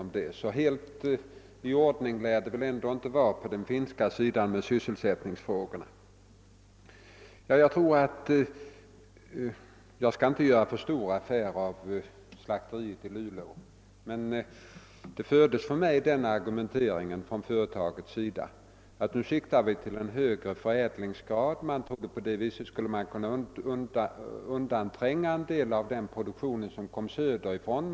Helt tillfredsställande kan det sålunda inte vara beträffande sysselsättningsfrågorna på den finska sidan. Jag skall här inte göra för stor affär av slakteriet i Luleå, men från företagets sida argumenterade man så att man nu siktade till en högre förädlingsgrad, och därigenom trodde man sig kunna tränga undan en del av produktionen söderifrån.